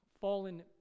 fallen